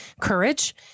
courage